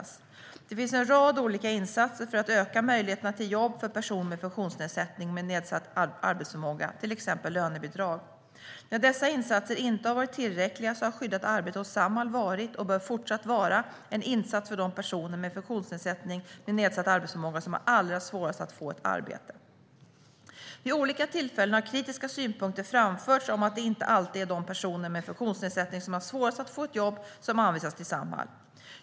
Det finns en rad olika insatser för att öka möjligheterna till jobb för personer med funktionsnedsättning med nedsatt arbetsförmåga, till exempel lönebidrag. När dessa insatser inte har varit tillräckliga har skyddat arbete hos Samhall varit, och bör fortsätta vara, en insats för de personer med funktionsnedsättning med nedsatt arbetsförmåga som har allra svårast att få ett arbete. Vid olika tillfällen har kritiska synpunkter framförts om att det inte alltid är de personer med funktionsnedsättning som har svårast att få ett jobb som anvisas till Samhall.